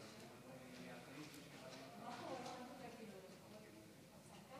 חברות וחברי הכנסת,